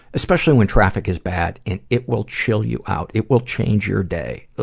especially when traffic is bad. and it will chill you out. it will change your day.